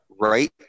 Right